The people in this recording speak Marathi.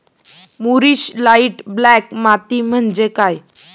मूरिश लाइट ब्लॅक माती म्हणजे काय?